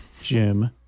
Jim